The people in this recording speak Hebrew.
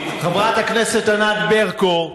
חברת הכנסת ענת ברקו,